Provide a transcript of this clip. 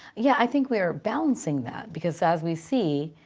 yeah, i think we are balancing that. because as we see,